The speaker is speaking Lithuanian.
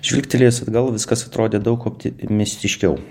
žvilgtelėjus atgal viskas atrodė daug optimistiškiau